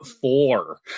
four